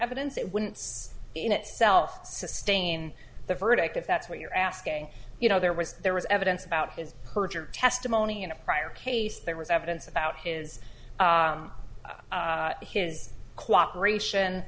evidence it wouldn't in itself sustain the verdict if that's what you're asking you know there was there was evidence about his perjured testimony in a prior case there was evidence about his his cooperation